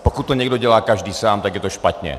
Pokud to někdo dělá každý sám, tak je to špatně.